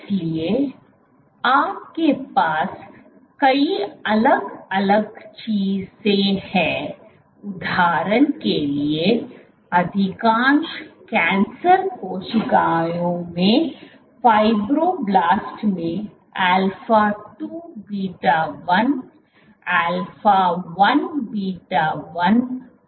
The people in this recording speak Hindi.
इसलिए आपके पास कई अलग अलग चीजें हैं उदाहरण के लिए अधिकांश कैंसर कोशिकाओं में फाइब्रोब्लास्ट में अल्फा 2 बीटा 1 अल्फा 1 बीटा 1 बहुत आम हैं